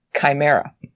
chimera